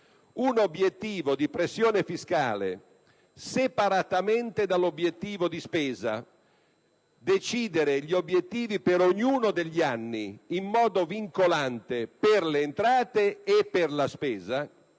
un obiettivo di pressione fiscale separatamente dall'obiettivo di spesa, decidendo gli obiettivi per ognuno degli anni in modo vincolante per le entrate e per la spesa.